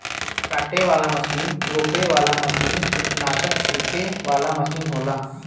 काटे वाला मसीन रोपे वाला मसीन कीट्नासक छिड़के वाला मसीन होला